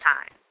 Time